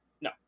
No